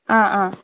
आ आ